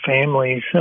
families